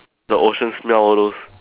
the ocean smell all those